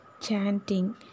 chanting